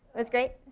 it was great?